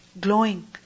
glowing